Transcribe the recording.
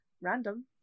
random